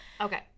okay